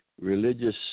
religious